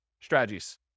strategies